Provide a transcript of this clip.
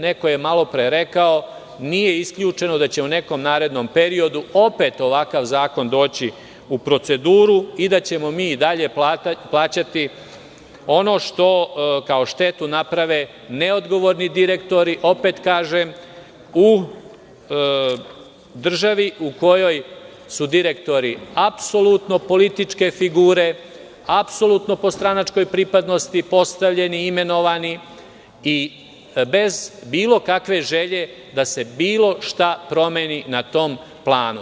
Neko je malo pre rekao da nije isključeno da će u nekom narednom periodu opet ovakav zakon doći u proceduru i da ćemo i dalje plaćati ono što kao štetu naprave neodgovorni direktori, opet kažem, u državi u kojoj su direktori apsolutno političke figure, apsolutno po stranačkoj pripadnosti postavljeni i imenovani i bez bilo kakve želje da se bilo šta promeni na tom planu.